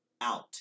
out